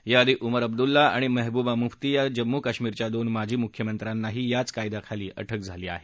याआधी उमर अब्दुल्ला आणि मेहबूबा मुफ्ती या जम्मू काश्मीरच्या दोन माजी मुख्यमंत्र्यांनाही याच कायद्याखाली अटक झाली आहे